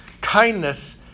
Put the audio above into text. kindness